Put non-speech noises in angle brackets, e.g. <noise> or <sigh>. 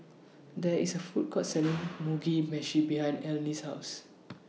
There IS A Food Court Selling <noise> Mugi Meshi behind Eleni's House <noise>